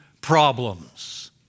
problems